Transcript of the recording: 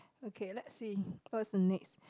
okay let's see what's the next